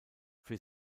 für